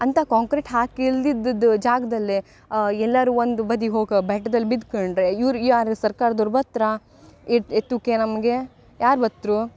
ಅಂತ ಕಾಂಕ್ರೆಟ್ ಹಾಕಿ ಇಲ್ದಿದ್ದದ್ದು ಜಾಗದಲ್ಲೇ ಎಲ್ಲರೂ ಒಂದು ಬದಿ ಹೋಗಿ ಬೆಟ್ದಲ್ಲಿ ಬಿದ್ಕೊಂಡ್ರೆ ಇವ್ರು ಯಾರು ಸರ್ಕಾರ್ದೋರು ಬತ್ತರ ಎತ್ತುಕ್ಕೆ ನಮಗೆ ಯಾರು ಬತ್ತರು